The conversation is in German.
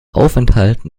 aufenthalten